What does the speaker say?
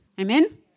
Amen